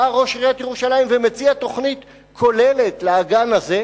בא ראש עיריית ירושלים ומציע תוכנית כוללת לאגן הזה.